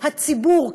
הציבור,